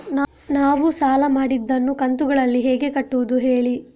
ನಾವು ಸಾಲ ಮಾಡಿದನ್ನು ಕಂತುಗಳಲ್ಲಿ ಹೇಗೆ ಕಟ್ಟುದು ಹೇಳಿ